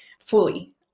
fully